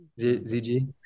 ZG